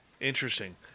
Interesting